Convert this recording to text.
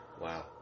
Wow